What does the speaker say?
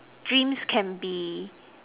dreams can be